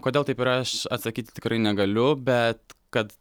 kodėl taip yra aš atsakyti tikrai negaliu bet kad